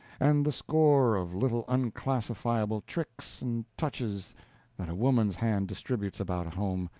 and the score of little unclassifiable tricks and touches that a woman's hand distributes about a home,